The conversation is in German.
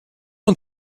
und